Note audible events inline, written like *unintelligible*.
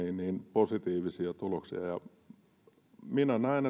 positiivisia tuloksia minä näen *unintelligible*